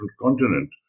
continent